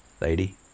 Lady